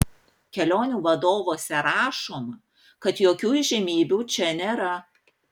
kelionių vadovuose rašoma kad jokių įžymybių čia nėra